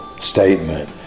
statement